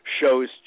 shows